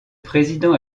président